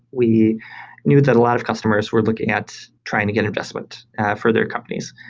we knew that a lot of customers were looking at trying to get investment for their companies,